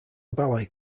ballet